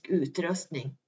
utrustning